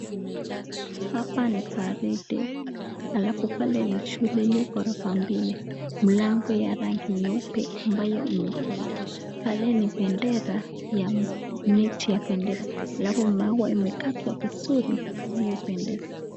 Hapa ni gwaride, alafu pale ni shule iliyo gorofa mbili. Mlango ya rangi nyeupe mabayo imefungwa. Pale ni bendele, miti ya bendera. Alafu maua imekatwa vizuri inayopendeza.